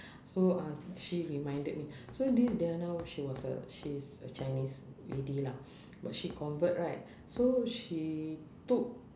so uh she reminded me so this deanna she was a she's a chinese lady lah but she convert right so she took